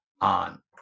on